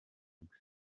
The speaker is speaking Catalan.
cinc